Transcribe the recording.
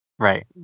Right